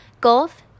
Golf